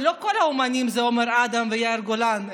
לא כל האומנים זה עומר אדם ויאיר גולן,